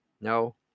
No